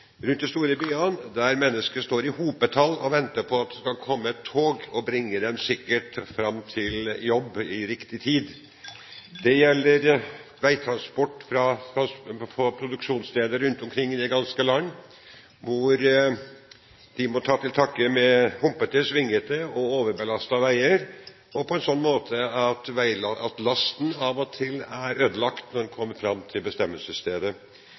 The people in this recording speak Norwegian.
rundt de store byene, der mennesker står i hopetall og venter på at det skal komme et tog og bringe dem sikkert fram til jobb, i riktig tid. Det gjelder veitransport fra produksjonssteder rundt omkring i det ganske land, som må ta til takke med humpete, svingete og overbelastede veier, som gjør at lasten av og til er ødelagt når den kommer fram til bestemmelsesstedet.